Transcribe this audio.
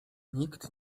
nikt